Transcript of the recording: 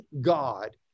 God